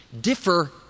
differ